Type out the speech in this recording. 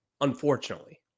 unfortunately